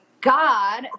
God